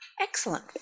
excellent